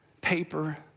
paper